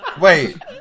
Wait